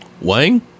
Wang